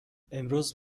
امروز